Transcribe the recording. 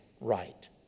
right